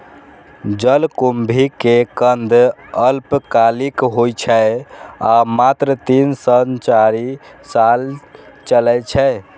जलकुंभी के कंद अल्पकालिक होइ छै आ मात्र तीन सं चारि साल चलै छै